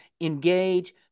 engage